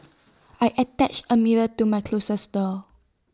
I attached A mirror to my closet door